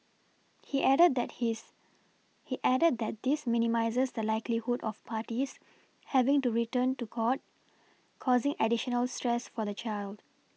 he added that his he added that this minimises the likelihood of parties having to return to court causing additional stress for the child